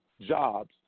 jobs